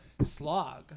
slog